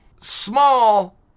Small